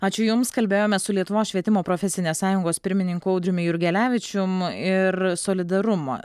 ačiū jums kalbėjome su lietuvos švietimo profesinės sąjungos pirmininku audriumi jurgelevičium ir solidarumo